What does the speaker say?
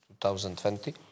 2020